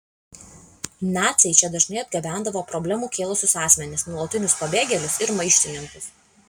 naciai čia dažnai atgabendavo problemų kėlusius asmenis nuolatinius pabėgėlius ir maištininkus